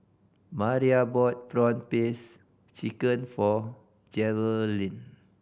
Mariah bought prawn paste chicken for Jerilynn